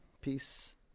peace